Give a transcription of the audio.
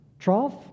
Trough